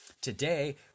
today